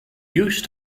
used